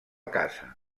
casa